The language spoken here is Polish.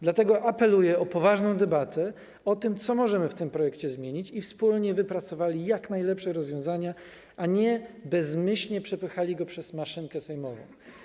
Dlatego apeluję o poważną debatę o tym, co możemy w tym projekcie zmienić, abyśmy wspólnie wypracowali jak najlepsze rozwiązania, a nie bezmyślnie przepychali go przez maszynkę sejmową.